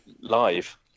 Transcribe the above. live